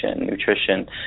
nutrition